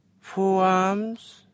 forearms